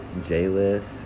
J-List